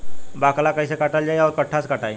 बाकला कईसे काटल जाई औरो कट्ठा से कटाई?